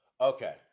Okay